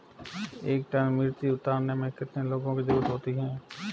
एक टन मिर्ची उतारने में कितने लोगों की ज़रुरत होती है?